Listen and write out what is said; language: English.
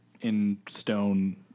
in-stone